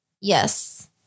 Yes